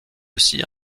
aussi